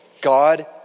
God